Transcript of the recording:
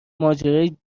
ماجرای